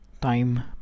time